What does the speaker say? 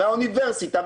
האוניברסיטה,